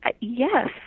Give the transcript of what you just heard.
Yes